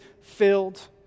filled